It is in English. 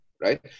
right